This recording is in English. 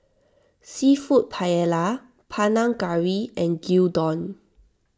Seafood Paella Panang Curry and Gyudon